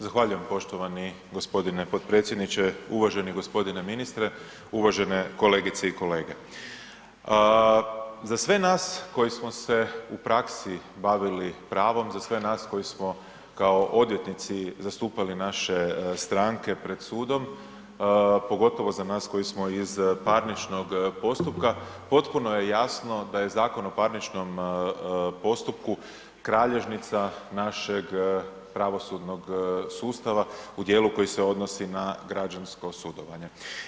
Zahvaljujem poštovani g. potpredsjedniče, uvaženi g. ministre, uvažene kolegice i kolege. za sve nas koji smo se u praksi bavili pravom, za sve nas koji smo kao odvjetnici zastupali naše stranke pred sudom, pogotovo za nas koji smo iz parničnog postupka, potpuno je jasno da je Zakon o parničnom postupku kralježnica našeg pravosudnog sustava u dijelu koji se odnosi na građansko sudovanje.